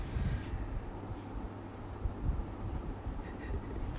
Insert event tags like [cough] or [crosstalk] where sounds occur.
[laughs]